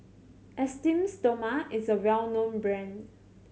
Esteem Stoma is a well known brand